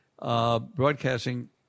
Broadcasting